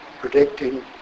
predicting